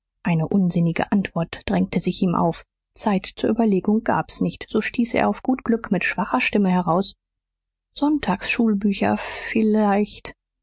eine unsinnige antwort drängte sich ihm auf zeit zur überlegung gab's nicht so stieß er auf gut glück mit schwacher stimme heraus sonntagsschulbücher vielleicht